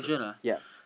ya